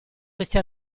questi